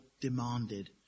demanded